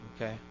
okay